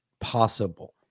possible